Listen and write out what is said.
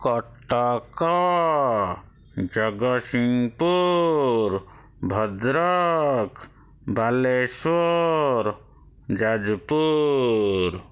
Cuttack Jagatsinghpur Bhadrak Balasore Jajpur